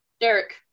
Derek